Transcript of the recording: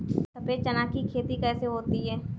सफेद चना की खेती कैसे होती है?